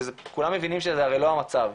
כי כולם מבינים שזה הרי לא המצב.